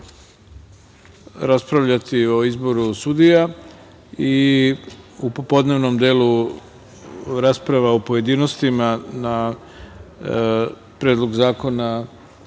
raspravljati o izboru sudija i u popodnevnom delu rasprava u pojedinostima na Predlog zakona